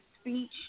speech